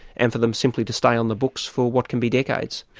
and for them simply to stay on the books for what can be decades.